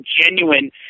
genuine